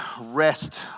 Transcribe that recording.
rest